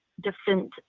different